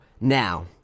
now